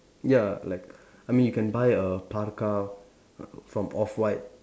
ya like I mean you can buy a parka from off white